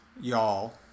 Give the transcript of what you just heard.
y'all